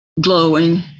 glowing